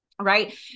right